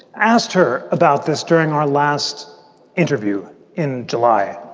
asked her about this during our last interview in july.